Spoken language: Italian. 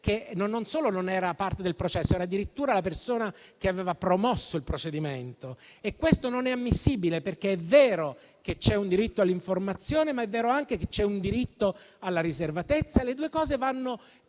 che non solo non era parte del processo, ma era addirittura la persona che aveva promosso il procedimento. Questo non è ammissibile, perché è vero che c'è un diritto all'informazione, ma è anche vero che c'è un diritto alla riservatezza e le due cose vanno